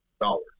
dollars